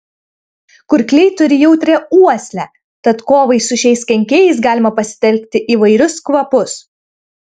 kurkliai turi jautrią uoslę tad kovai su šiais kenkėjais galima pasitelkti įvairius kvapus